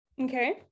Okay